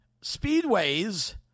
speedways